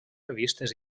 revistes